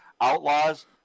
Outlaws